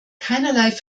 keinerlei